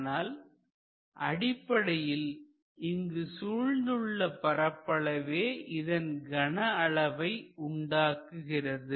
ஆனால் அடிப்படையில் இங்கு சூழ்ந்துள்ள பரப்பளவே இந்த கன அளவை உண்டாக்குகிறது